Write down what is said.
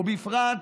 ובפרט